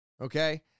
Okay